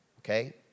Okay